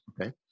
okay